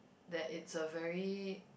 that it's a very